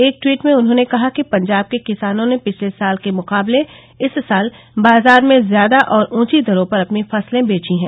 एक टवीट में उन्होंने कहा कि पंजाब के किसानों ने पिछले साल के मुकाबले इस साल बाजार में ज्यादा और ऊंची दरों पर अपनी फसले बेची हैं